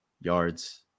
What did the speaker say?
yards